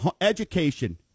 education